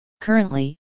Currently